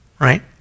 right